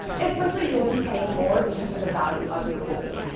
it's likely you'll be paying more because of the value of your goal.